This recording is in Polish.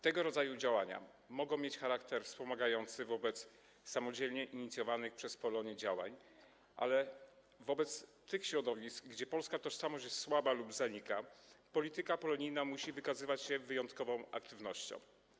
Tego rodzaju działania mogą mieć charakter wspomagający wobec samodzielnie inicjowanych przez Polonię działań, ale wobec tych środowisk, gdzie polska tożsamość jest słaba lub zanika, polityka polonijna musi wykazywać się wyjątkową aktywnością.